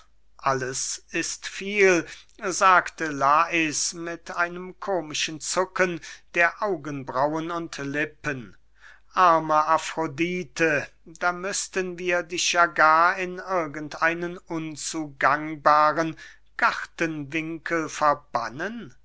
alles ist viel sagte lais mit einem komischen zucken der augenbraunen und lippen arme afrodite da müßten wir dich ja gar in irgend einen unzugangbaren gartenwinkel verbannen